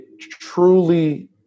truly